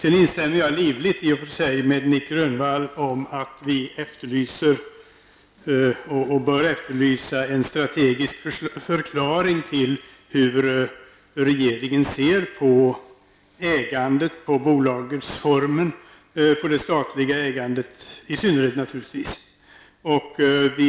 Jag instämmer livligt med Nic Grönvall om att vi efterlyser, och bör efterlysa, en strategisk förklaring till hur regeringen ser på ägandet, på bolagsformen och i synnerhet naturligtvis på det statliga ägandet.